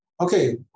Okay